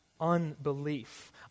unbelief